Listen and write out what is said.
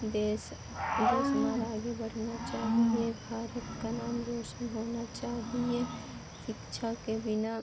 देश देश हमारा आगे बढ़ना चाहिए भारत का नाम रोशन होना चाहिए शिक्षा के बिना